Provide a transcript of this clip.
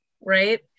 right